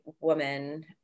woman